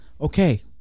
Okay